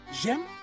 J'aime